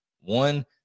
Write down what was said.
one